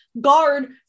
guard